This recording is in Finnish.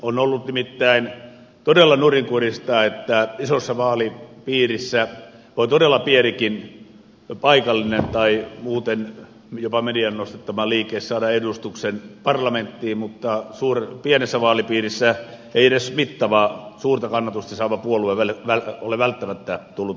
on ollut nimittäin todella nurinkurista että isossa vaalipiirissä voi todella pienikin paikallinen tai muuten jopa median nostattama liike saada edustuksen parlamenttiin mutta pienessä vaalipiirissä ei edes mittava suurta kannatusta saava puolue ole välttämättä tullut edustetuksi